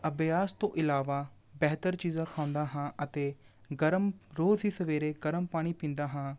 ਅਭਿਆਸ ਤੋਂ ਇਲਾਵਾ ਬਿਹਤਰ ਚੀਜ਼ਾਂ ਖਾਂਦਾ ਹਾਂ ਅਤੇ ਗਰਮ ਰੋਜ਼ ਹੀ ਸਵੇਰੇ ਗਰਮ ਪਾਣੀ ਪੀਂਦਾ ਹਾਂ